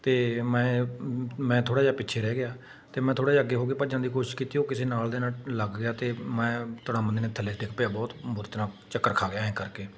ਅਤੇ ਮੈਂ ਮੈਂ ਥੋੜ੍ਹਾ ਜਿਹਾ ਪਿੱਛੇ ਰਹਿ ਗਿਆ ਤਾਂ ਮੈਂ ਥੋੜ੍ਹਾ ਜਿਹਾ ਅੱਗੇ ਹੋ ਕੇ ਭੱਜਣ ਦੀ ਕੋਸ਼ਿਸ਼ ਕੀਤੀ ਉਹ ਕਿਸੇ ਨਾਲ ਦੇ ਨਾਲ ਲੱਗ ਗਿਆ ਅਤੇ ਮੈਂ ਥੜੰਮ ਦੇਣੇ ਥੱਲੇ ਡਿੱਗ ਪਿਆ ਬਹੁਤ ਬੁਰੀ ਤਰ੍ਹਾਂ ਚੱਕਰ ਖਾ ਗਿਆ ਐਂ ਕਰਕੇ